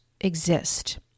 exist